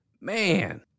man